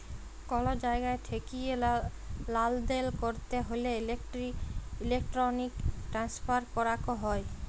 call জায়গা ঠেকিয়ে লালদেল ক্যরতে হ্যলে ইলেক্ট্রনিক ট্রান্সফার ক্যরাক হ্যয়